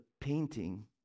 painting